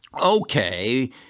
Okay